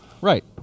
Right